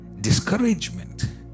discouragement